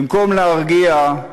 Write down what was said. במקום להרגיע,